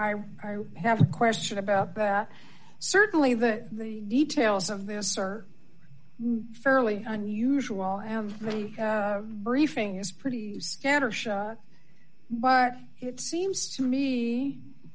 i have a question about that certainly the details of this are fairly unusual and the briefing is pretty scattershot but it seems to me